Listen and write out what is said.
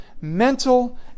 mental